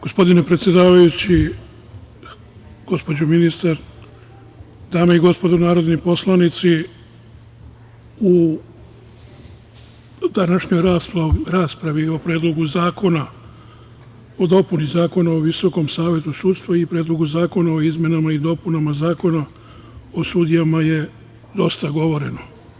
Gospodine predsedavajući, gospođo ministar, dame i gospodo narodni poslanici, u današnjoj raspravi o Predlogu zakona o dopuni Zakona o Visokom savetu sudstva i Predlogu zakona o izmenama i dopunama Zakona o sudijama je dosta govoreno.